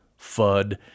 FUD